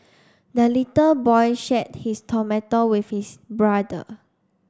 the little boy shared his tomato with his brother